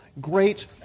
great